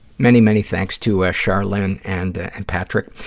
many, many thanks to ah charlynn and and patrick.